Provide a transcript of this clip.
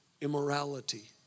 immorality